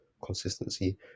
consistency